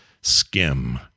skim